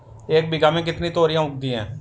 एक बीघा में कितनी तोरियां उगती हैं?